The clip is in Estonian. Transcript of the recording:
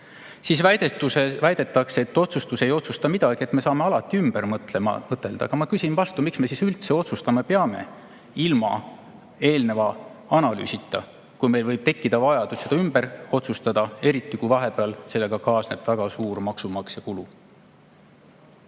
Siis väidetakse, et otsustus ei otsusta midagi, et me saame alati ümber mõtelda. Aga ma küsin vastu: miks me üldse peame otsustama ilma eelneva analüüsita, kui meil võib tekkida vajadus ümber otsustada, eriti kui vahepeal kaasneb sellega väga suur kulu maksumaksjale?